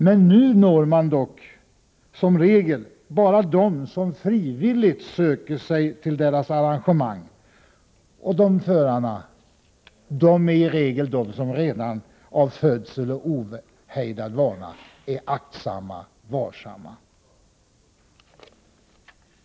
Men nu når man som regel bara dem som frivilligt söker sig till deras arrangemang, och de förarna är i regel av födsel och ohejdad vana aktsamma.